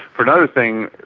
for another thing,